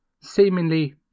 seemingly